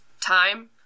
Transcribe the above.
time